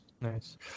nice